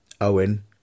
owen